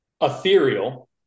Ethereal